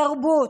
תרבות,